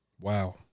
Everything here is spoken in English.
wow